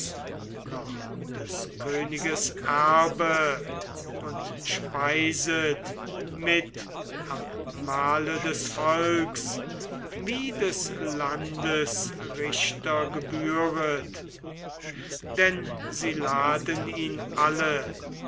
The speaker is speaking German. noch des königes erbe und speiset mit am mahle des volks wie des landes richter gebühret denn sie laden ihn alle